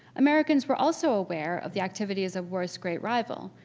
americans were also aware of the activities of worth's great rival,